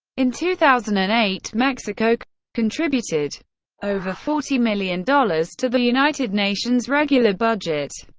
in two thousand and eight, mexico contributed over forty million dollars to the united nations regular budget.